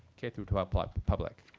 k through twelve public.